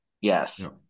yes